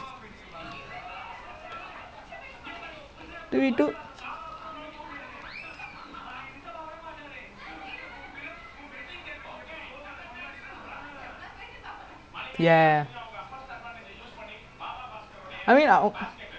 nice two V two there akiya sanjeev saba kishore technically we have we can go hang out that day you know the err என்னன்னா வந்து அந்த:ennannaa vanthu antha the spifa at sanjeev house நாங்களும்:naangalum legit buy like doughnut pizza